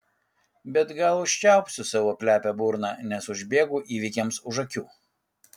bet gal užčiaupsiu savo plepią burną nes užbėgu įvykiams už akių